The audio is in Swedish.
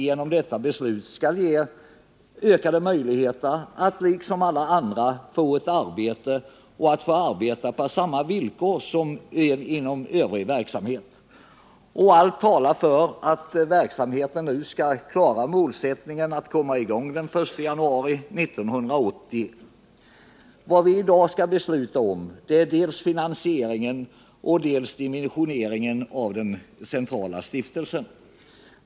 Genom detta beslut skall vi ge dem ökade möjligheter att liksom alla andra få ett arbete och få arbeta på samma villkor som inom övrig verksamhet. Allt talar för att man skall klara målsättningen att komma i gång med verksamheten den 1 januari 1980. Vad vi i dag skall besluta om är dels finansieringen, dels dimensioneringen av den centrala stiftelsen.